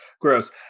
Gross